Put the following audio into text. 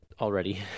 Already